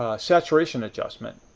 saturation adjustment,